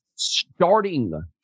starting